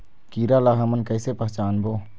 कीरा ला हमन कइसे पहचानबो?